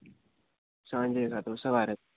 સાંજે કાં તો સવારે